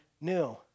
new